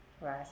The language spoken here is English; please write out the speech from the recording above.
Right